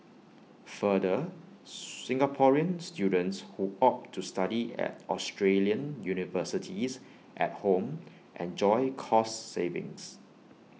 further Singaporean students who opt to study at Australian universities at home enjoy cost savings